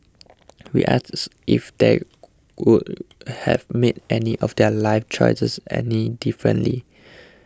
we if they would have made any of their life choices any differently